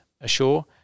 ashore